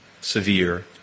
severe